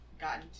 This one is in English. gotten